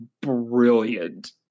brilliant